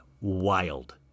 Wild